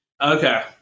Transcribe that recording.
Okay